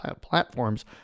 platforms